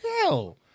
Hell